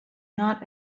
not